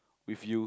with you